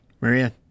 Maria